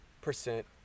percent